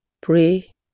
Pray